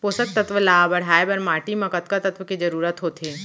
पोसक तत्व ला बढ़ाये बर माटी म कतका तत्व के जरूरत होथे?